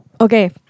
Okay